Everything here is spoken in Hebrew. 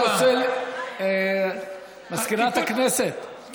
מזכירת הכנסת,